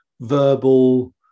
verbal